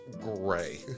gray